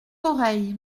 oreilles